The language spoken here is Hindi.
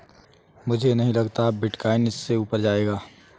मुझे नहीं लगता अब बिटकॉइन इससे ऊपर जायेगा